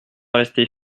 rester